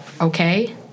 okay